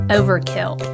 overkill